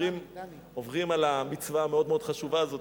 ועוברים על המצווה המאוד-מאוד חשובה הזאת,